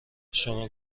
شما